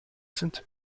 sind